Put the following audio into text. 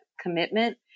commitment